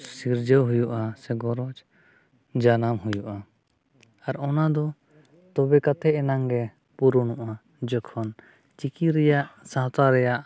ᱥᱤᱨᱡᱟᱹᱣ ᱦᱩᱭᱩᱜᱼᱟ ᱥᱮ ᱜᱚᱨᱚᱡᱽ ᱡᱟᱱᱟᱢ ᱦᱩᱭᱩᱜᱼᱟ ᱟᱨ ᱚᱱᱟᱫᱚ ᱛᱚᱵᱮ ᱠᱟᱛᱮᱫ ᱮᱱᱟᱝᱜᱮ ᱯᱩᱨᱩᱱᱚᱜᱼᱟ ᱡᱚᱠᱷᱚᱱ ᱪᱤᱠᱤ ᱨᱮᱭᱟᱜ ᱥᱟᱶᱛᱟ ᱨᱮᱭᱟᱜ